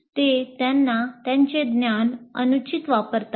ते त्यांचे ज्ञान अनुचित वापरतात